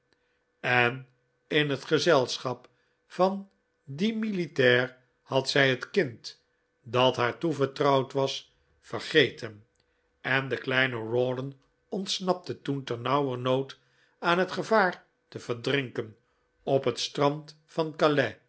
en in het gezelschap van dien militair had zij het kind dat haar toevertrouwd was vergeten en de kleine rawdon ontsnapte toen ternauwernood aan het gevaar te verdrinken op het strand van